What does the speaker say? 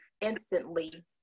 instantly